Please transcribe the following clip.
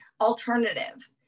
alternative